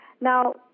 Now